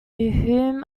whom